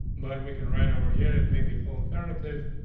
but we can right over here. that may be for alternative.